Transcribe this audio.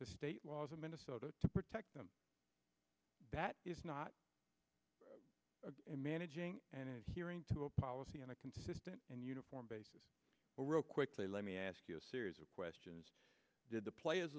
the state was in minnesota to protect them that is not managing and hearing to a policy on a consistent and uniform basis a real quickly let me ask you a series of questions did the players